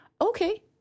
Okay